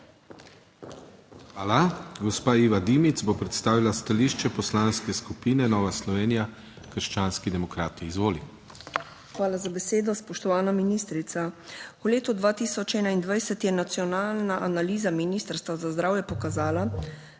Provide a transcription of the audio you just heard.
Hvala. Gospa Iva Dimic bo predstavila stališče Poslanske skupine Nova Slovenija - Krščanski demokrati. Izvolite. **IVA DIMIC (PS NSi):** Hvala za besedo. Spoštovana ministrica, v letu 2021 je nacionalna analiza Ministrstva za zdravje pokazala,